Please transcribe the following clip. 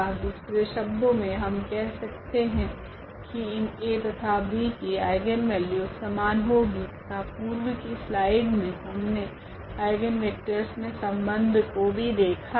दूसरे शब्दों मे हम कह सकते है की इन A तथा B की आइगनवेल्यूस समान होगी तथा पूर्व की स्लाइड मे हमने आइगनवेक्टरस मे संबंध को भी देखा है